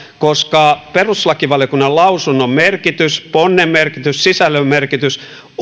koska perustuslakivaliokunnan lausunnon merkitys ponnen merkitys sisällön merkitys